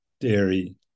dairy